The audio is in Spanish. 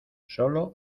sólo